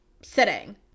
sitting